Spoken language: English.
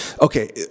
Okay